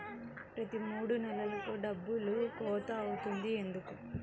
ప్రతి మూడు నెలలకు డబ్బులు కోత అవుతుంది ఎందుకు?